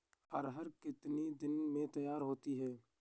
अरहर कितनी दिन में तैयार होती है?